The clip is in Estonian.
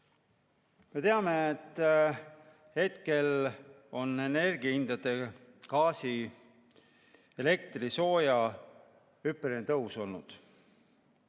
Me teame, et hetkel on energiahindade – gaasi, elektri, sooja – hüppeline tõus olnud.